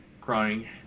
crying